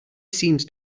seems